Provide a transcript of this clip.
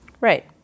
Right